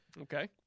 Okay